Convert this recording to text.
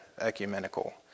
ecumenical